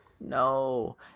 no